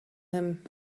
him